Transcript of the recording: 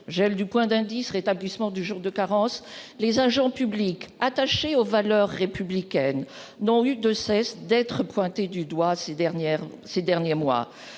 gel du point d'indice, rétablissement du jour de carence, les agents publics attachés aux valeurs républicaines n'ont eu de cesse d'être pointé du doigt ces dernières,